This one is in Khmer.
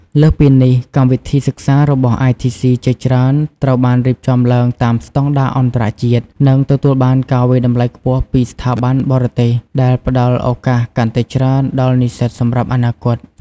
លើសពីនេះកម្មវិធីសិក្សារបស់ ITC ជាច្រើនត្រូវបានរៀបចំឡើងតាមស្តង់ដារអន្តរជាតិ និងទទួលបានការវាយតម្លៃខ្ពស់ពីស្ថាប័នបរទេស ដែលផ្តល់ឱកាសកាន់តែច្រើនដល់និស្សិតសម្រាប់អនាគត។